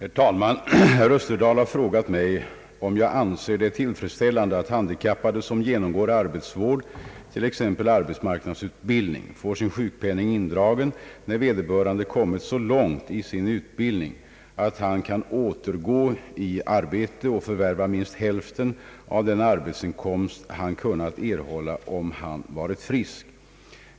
Herr talman! Herr Österdahl har frågat mig om jag anser det tillfredsställande att handikappade som genomgår arbetsvård, t.ex. arbetsmarknadsutbildning, får sin sjukpenning indragen när vederbörande kommit så långt i sin utbildning att han kan återgå i arbete och förvärva minst hälften av den arbetsinkomst han kunnat erhålla om han varit frisk.